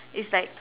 it's like